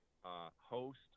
host